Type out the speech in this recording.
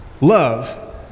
Love